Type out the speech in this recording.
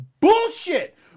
Bullshit